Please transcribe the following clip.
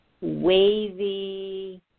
wavy